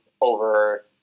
over